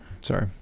sorry